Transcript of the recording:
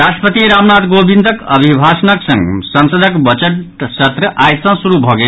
राष्ट्रपति रामनाथ कोविंदक अभिभाषणक संग संसदक बजट सत्र आइ सँ शुरू भऽ गेल